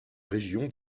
région